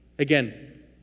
Again